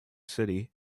city